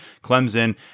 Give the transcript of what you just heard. Clemson